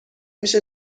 میشه